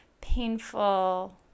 painful